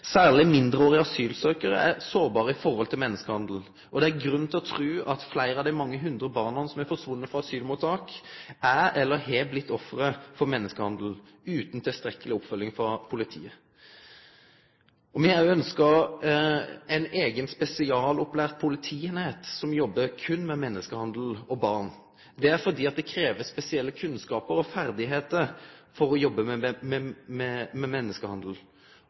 Særleg mindreårige asylsøkjarar er sårbare i samband med menneskehandel. Det er grunn til å tru at fleire av dei mange hundre barna som er forsvunne frå asylmottak, er eller har blitt offer for menneskehandel, utan tilstrekkeleg oppfølging frå politiet. Me har òg ønskt ei spesialopplært politieining som jobbar berre med menneskehandel og barn, fordi det krevst spesielle kunnskapar og ferdigheiter for å jobbe med